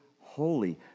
holy